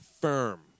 firm